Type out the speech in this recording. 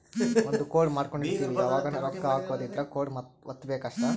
ಒಂದ ಕೋಡ್ ಮಾಡ್ಕೊಂಡಿರ್ತಿವಿ ಯಾವಗನ ರೊಕ್ಕ ಹಕೊದ್ ಇದ್ರ ಕೋಡ್ ವತ್ತಬೆಕ್ ಅಷ್ಟ